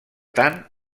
tant